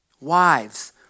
Wives